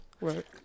Right